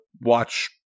watch